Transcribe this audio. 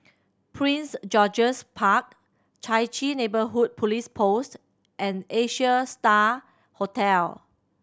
Prince George's Park Chai Chee Neighbourhood Police Post and Asia Star Hotel